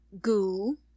goo